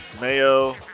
mayo